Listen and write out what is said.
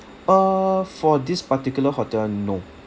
uh for this particular hotel no